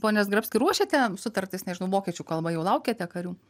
pone zgrabski ruošiate sutartis nežinau vokiečių kalba jau laukiate karių